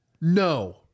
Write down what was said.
No